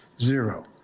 Zero